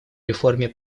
реформе